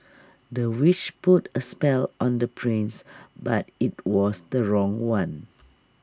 the witch put A spell on the prince but IT was the wrong one